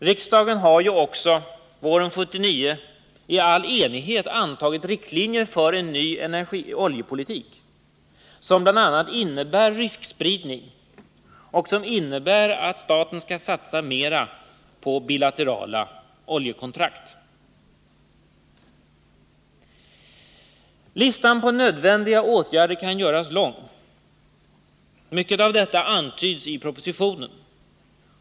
Riksdagen har ju också våren 1979 i all enighet antagit riktlinjer för en ny oljepolitik, som bl.a. innebär riskspridning och att staten skall satsa mera på bilaterala oljekontrakt. Listan på nödvändiga åtgärder kan göras lång. Mycket av detta antyds i propositionen.